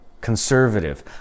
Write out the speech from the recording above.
conservative